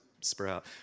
sprout